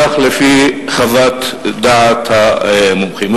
כך לפי חוות דעת המומחים.